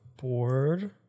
board